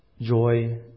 Joy